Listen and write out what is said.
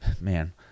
man